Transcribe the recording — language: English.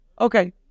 Okay